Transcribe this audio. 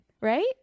right